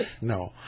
No